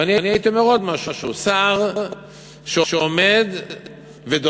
ואני הייתי אומר עוד משהו: שר שעומד ודורש,